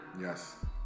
Yes